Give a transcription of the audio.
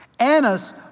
Annas